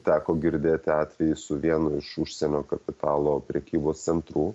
teko girdėti atvejį su vienu iš užsienio kapitalo prekybos centrų